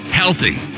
healthy